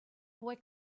boy